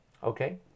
Okay